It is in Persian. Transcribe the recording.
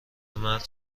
مرد